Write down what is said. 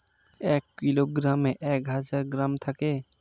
এক কিলোগ্রামে এক হাজার গ্রাম থাকে